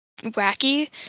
wacky